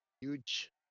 Huge